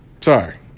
Sorry